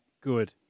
Good